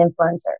influencer